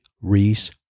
Reese